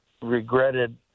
regretted